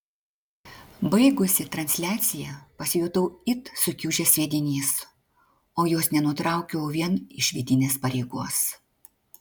baigusi transliaciją pasijutau it sukiužęs sviedinys o jos nenutraukiau vien iš vidinės pareigos